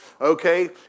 okay